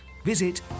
Visit